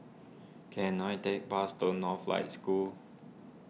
can I take bus to Northlight School